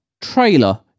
trailer